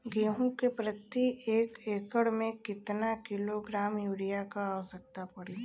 गेहूँ के प्रति एक एकड़ में कितना किलोग्राम युरिया क आवश्यकता पड़ी?